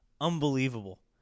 Unbelievable